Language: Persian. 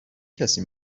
کسی